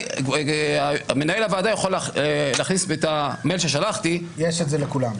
מנהל הוועדה יכול להכניס את המייל ששלחתי -- יש לכולם.